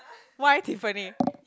why Tiffany